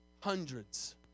hundreds